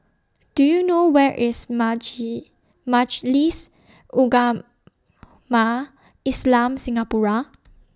Do YOU know Where IS Majlis Ugama Islam Singapura